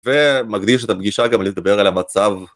ו...מקדיש את הפגישה גם לדבר על המצב,